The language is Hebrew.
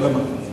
לפרוטוקול.